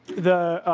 the